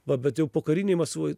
va bet jau pokarinėj maskvoj